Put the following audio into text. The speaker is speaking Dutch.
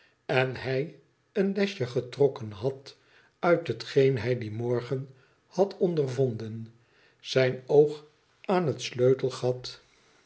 en hij een lesje getrokken had uit hetgeen hij dien morgen had ondervonden zijn oog aafl het sleutelgat